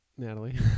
Natalie